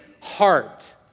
heart